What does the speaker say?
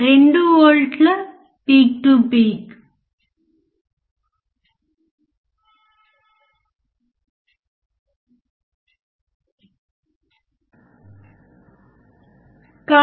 5 వోల్ట్లకు పెంచి చూద్దాం